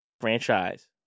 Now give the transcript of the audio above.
franchise